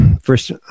first